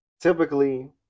typically